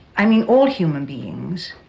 i mean all human beings